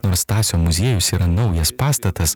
nors stasio muziejus yra naujas pastatas